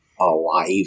alive